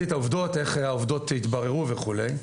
איך העובדות התבררו וכולי.